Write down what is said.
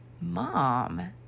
mom